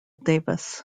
davis